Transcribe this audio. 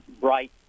bright